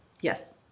Yes